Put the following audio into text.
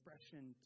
expression